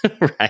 right